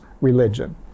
religion